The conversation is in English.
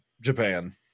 japan